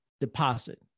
deposit